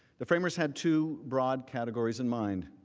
the framers had two broad categories in mind.